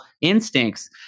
instincts